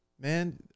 Man